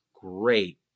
great